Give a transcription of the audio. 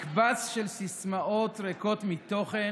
מקבץ של סיסמאות ריקות מתוכן